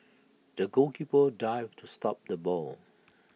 the goalkeeper dived to stop the ball